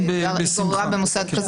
כן, בשמחה.